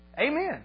Amen